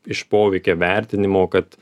iš poveikio vertinimo kad